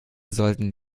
sollten